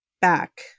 back